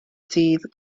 dydd